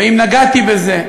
ואם נגעתי בזה,